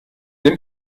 dem